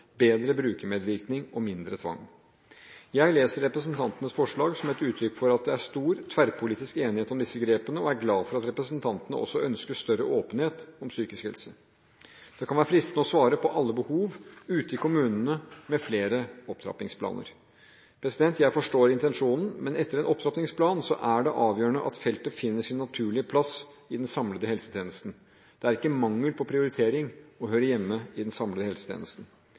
bedre brukermedvirkning og mindre tvang Jeg leser representantenes forslag som et uttrykk for at det er stor tverrpolitisk enighet om disse grepene og er glad for at representantene også ønsker større åpenhet om psykisk helse. Det kan være fristende å svare på alle behov ute i kommunene med flere opptrappingsplaner. Jeg forstår intensjonen, men etter en opptrappingsplan er det avgjørende at feltet finner sin naturlige plass i den samlede helsetjenesten. Det er ikke mangel på prioritering å høre hjemme i den samlede helsetjenesten.